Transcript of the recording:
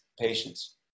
patients